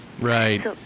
Right